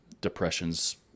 depressions